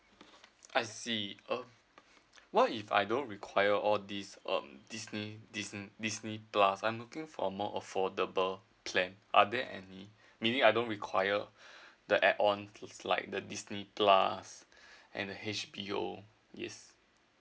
I see uh what if I don't require all these um Disney Disney Disney plus I'm looking for a more affordable plan are there any meaning I don't require the add ons like the Disney plus and the H_B_O yes